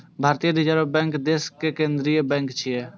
भारतीय reserve bank देशक केंद्रीय बैंक छियै